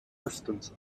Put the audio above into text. pistons